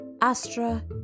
Astra